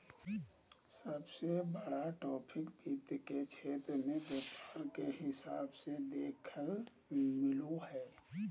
सबसे बड़ा ट्रैफिक वित्त के क्षेत्र मे व्यापार के हिसाब से देखेल मिलो हय